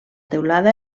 teulada